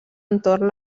entorn